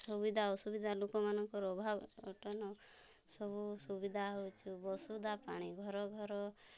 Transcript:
ସୁବିଧା ଅସୁବିଧା ଲୋକମାନଙ୍କର ଅଭାବ ଅନଟନ ସବୁ ସୁବିଧା ହେଉଛୁ ବସୁଧା ପାଣି ଘର ଘର